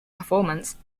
performance